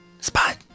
Spot